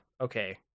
Okay